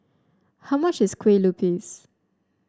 how much is Kue Lupis